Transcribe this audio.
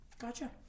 Gotcha